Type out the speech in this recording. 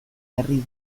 berri